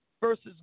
versus